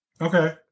Okay